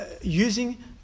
using